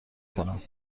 کنم